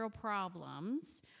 problems